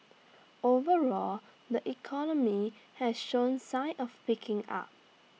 overall the economy has shown sign of picking up